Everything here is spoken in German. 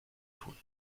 tun